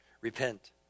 Repent